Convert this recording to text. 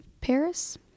Paris